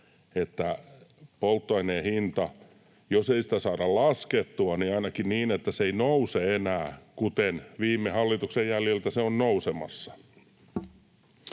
että jos polttoaineen hintaa ei saada laskettua, niin olisi ainakin niin, että se ei nouse enää, kuten viime hallituksen jäljiltä se on nousemassa.